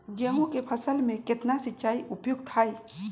गेंहू के फसल में केतना सिंचाई उपयुक्त हाइ?